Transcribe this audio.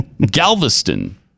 Galveston